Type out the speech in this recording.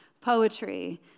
Poetry